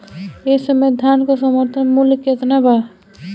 एह समय धान क समर्थन मूल्य केतना बा?